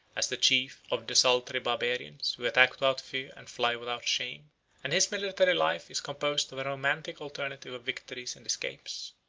as the chief of desultory barbarians, who attack without fear and fly without shame and his military life is composed of a romantic alternative of victories and escapes.